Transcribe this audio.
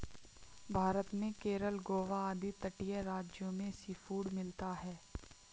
भारत में केरल गोवा आदि तटीय राज्यों में सीफूड मिलता है